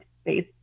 space